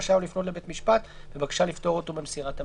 רשאי הוא לפנות לבית המשפט בבקשה לפטור אותו ממסירת המידע."